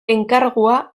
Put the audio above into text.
enkargua